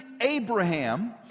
Abraham